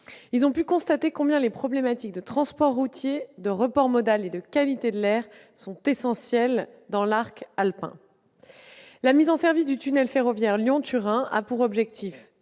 Ils ont pu constater combien les problématiques de transport routier, de report modal et de qualité de l'air sont essentielles dans l'arc alpin. La mise en service du tunnel ferroviaire Lyon-Turin a pour objectif